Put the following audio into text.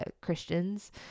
Christians